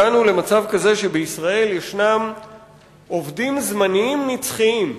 הגענו למצב כזה שבישראל ישנם עובדים זמניים נצחיים.